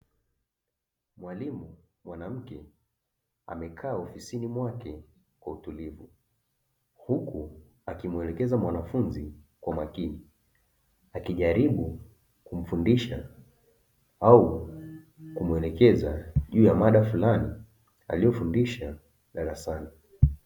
Mwalimu mwanamke amekaa ofisini mwake kwa utulivu, huku akimuelekeza mwanafunzi kwa makini, akijaribu kumfundisha au kumuelekeza juu ya mada fulani aliyofundisha darasani.